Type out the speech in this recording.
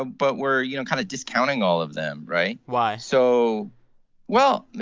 ah but we're, you know, kind of discounting all of them, right? why? so well,